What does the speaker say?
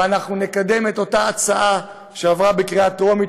ואנחנו נקדם את אותה הצעה שעברה בקריאה טרומית,